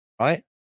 right